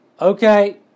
Okay